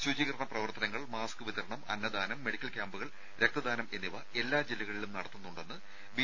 ശുചീകരണ പ്രവർത്തനങ്ങൾ മാസ്ക് വിതരണം അന്നദാനം മെഡിക്കൽ ക്യാമ്പുകൾ രക്തദാനം എന്നിവ എല്ലാ ജില്ലകളിലും നടത്തുന്നുണ്ടെന്ന് ബി